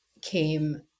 came